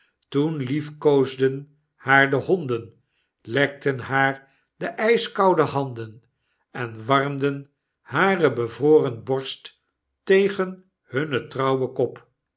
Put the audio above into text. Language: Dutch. toen liefkoosden haar de honden lekten haar de jjskoude handen en warmden hare bevroren borst tegen hunne trouwe kop